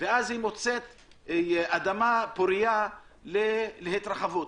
ומוצאת אדמה פורייה להתרחבות.